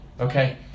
Okay